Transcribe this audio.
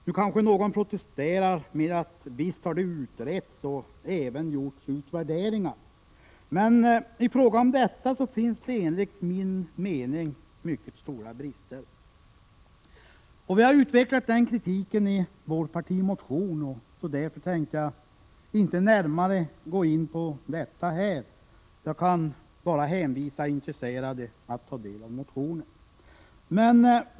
Nu kanske någon protesterar och menar att det visst har utretts och även gjorts utvärderingar. I fråga om detta finns det emellertid enligt min mening mycket stora brister. Vi har utvecklat den kritiken i vår partimotion, och därför tänker jag inte nu närmare gå in på detta. Jag kan hänvisa intresserade till att ta del av motionen.